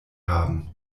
haben